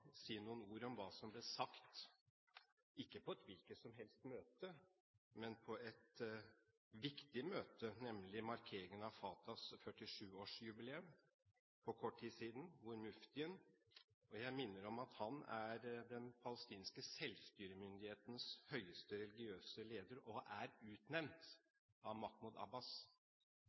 si noen ord om hva som ble sagt – ikke på et hvilket som helst møte, men på et viktig møte – ved markeringen av Fatahs 47-årsjubilieum for kort tid siden. Muftien, og jeg minner om at han er den palestinske selvstyremyndighetens høyeste religiøse leder og er utnevnt av